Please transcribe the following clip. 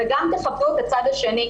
וגם לפחות הצד השני.